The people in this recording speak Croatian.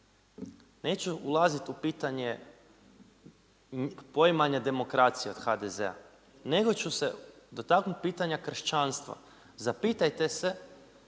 Neću ulazit u pitanje poimanja demokracije od HDZ-a, nego ću se dotaknut pitanja kršćanstva. Zapitajte se